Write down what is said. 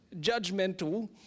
judgmental